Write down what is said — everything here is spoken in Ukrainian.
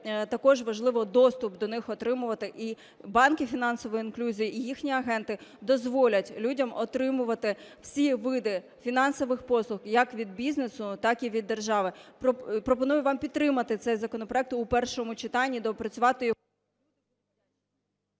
також важливо доступ до них отримувати. І банки фінансової інклюзії і їхні агенти дозволять людям отримувати всі види фінансових послуг, як від бізнесу, так і від держави. Пропоную вам підтримати цей законопроект у першому читанні, доопрацювати його...